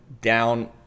down